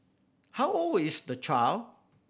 how old is the child